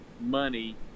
money